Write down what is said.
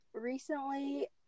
recently